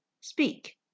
Speak